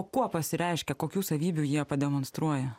o kuo pasireiškia kokių savybių jie pademonstruoja